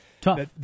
Tough